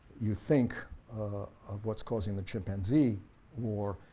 you think of what's causing the chimpanzee war,